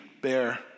bear